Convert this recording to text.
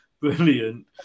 Brilliant